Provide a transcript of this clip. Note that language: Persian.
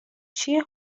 چیه